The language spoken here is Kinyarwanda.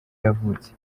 yavutse